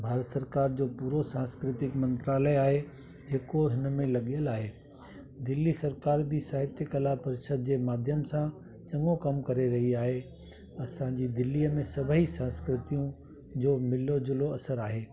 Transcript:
भारत सरकार जो पूरी सांस्कृतिक मंत्रालय आहे जेको हिन में लॻियल आहे दिल्ली सरकार बि साहित्य कला परिशद जे माध्यम सां चङो कमु करे रही आहे असांजी दिल्लीअ में सभई सांस्कृतियूं जो मिलो झूलो असर आहे